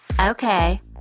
okay